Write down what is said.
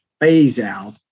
phase-out